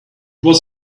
was